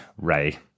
Ray